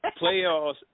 playoffs